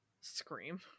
scream